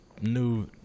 new